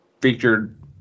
featured